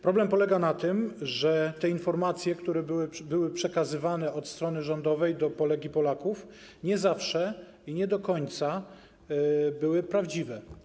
Problem polega na tym, że informacje, które były przekazywane od strony rządowej do Polek i Polaków, nie zawsze i nie do końca były prawdziwe.